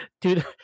Dude